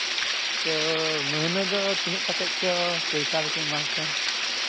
ᱛᱚ ᱢᱟᱹᱦᱱᱟᱹ ᱫᱚ ᱛᱤᱱᱟᱹᱜ ᱠᱟᱛᱮᱫ ᱪᱚ ᱯᱚᱭᱥᱟ ᱫᱚᱠᱚ ᱮᱢᱟᱠᱚ ᱠᱟᱱ